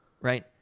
right